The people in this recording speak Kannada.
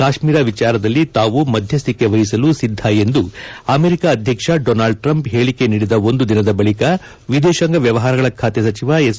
ಕಾಶ್ಮೀರ ವಿಚಾರದಲ್ಲಿ ತಾವು ಮಧ್ಯಸ್ಥಿಕೆ ವಹಿಸಲು ಸಿದ್ಧ ಎಂದು ಅಮೆರಿಕ ಅಧ್ಯಕ್ಷ ಡೊನಾಲ್ಡ್ ಟ್ರಂಪ್ ಹೇಳಿಕೆ ನೀಡಿದ ಒಂದು ದಿನದ ಬಳಿಕ ವಿದೇಶಾಂಗ ವ್ಯವಹಾರಗಳ ಖಾತೆ ಸಚಿವ ಎಸ್